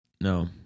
No